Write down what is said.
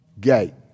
gate